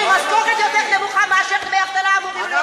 אצלנו המשכורת יותר נמוכה ממה שדמי האבטלה אמורים להיות במדינה נורמלית.